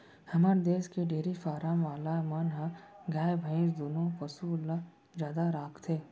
हमर देस के डेरी फारम वाला मन ह गाय भईंस दुनों पसु ल जादा राखथें